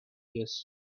years